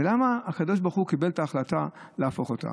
ולמה הקדוש ברוך הוא קיבל את ההחלטה להפוך אותו?